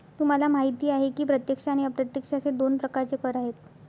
तुम्हाला माहिती आहे की प्रत्यक्ष आणि अप्रत्यक्ष असे दोन प्रकारचे कर आहेत